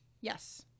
Yes